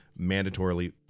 mandatorily